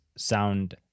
sound